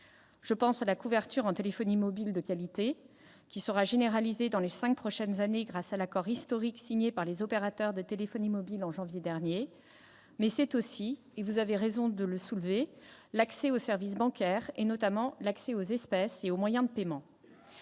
Je pense à la couverture en téléphonie mobile de qualité, qui sera généralisée dans les cinq prochaines années grâce à l'accord historique signé par les opérateurs de téléphonie mobile en janvier dernier. Mais c'est aussi, et l'auteur de la proposition de loi a raison de le souligner, l'accès aux services bancaires, notamment l'accès aux espèces et aux moyens de paiement.